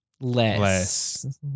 Less